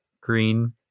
green